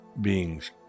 beings